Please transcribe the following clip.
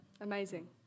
amazing